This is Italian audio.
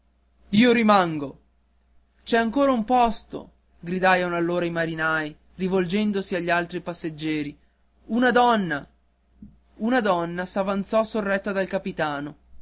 io rimango c'è ancora un posto gridarono allora i marinai rivolgendosi agli altri passeggieri una donna una donna s'avanzò sorretta dal capitano